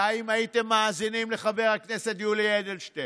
די אם הייתם מאזינים לחבר הכנסת יולי אדלשטיין,